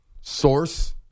source